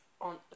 On